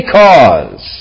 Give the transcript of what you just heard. cause